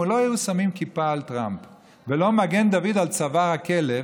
אם לא היו שמים כיפה על טראמפ ולא מגן דוד על צוואר הכלב,